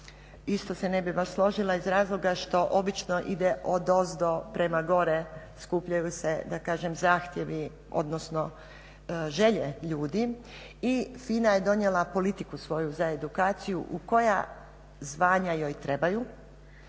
isto se ne bih baš složila iz razloga što obično ide odozdo prema gore, skupljaju se zahtjevi odnosno želje ljudi i FINA je donijela politiku svoju za edukaciju koja zvanja joj trebaju